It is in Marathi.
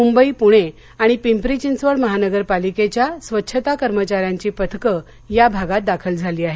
मुंबई पुणे आणि पिंपरी यिंचवड महानगरपालिकेच्या स्वच्छता कर्मचाऱ्यांची पथकं या भागात दाखल झाली आहेत